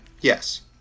Yes